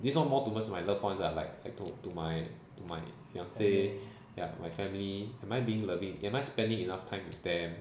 this one more towards my loved ones lah like like to my to to my fiancee ya to my family am I being loving am I spending enough time with them